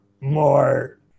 more